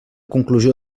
conclusió